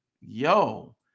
Yo